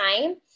time